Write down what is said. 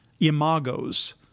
imagos